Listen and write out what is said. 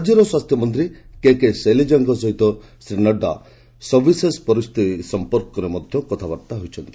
ରାଜ୍ୟର ସ୍ୱାସ୍ଥ୍ୟ ମନ୍ତ୍ରୀ କେକେ ଶୈଳଜାଙ୍କ ସହ ଶ୍ରୀ ନଡ୍ରା ସର୍ବଶେଷ ପରିସ୍ଥିତି ସମ୍ପର୍କରେ ମଧ୍ୟ କଥାବାର୍ତ୍ତା ହୋଇଛନ୍ତି